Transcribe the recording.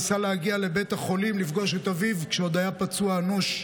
וניסה להגיע לבית החולים לפגוש את אביו כשהוא עוד היה פצוע אנוש.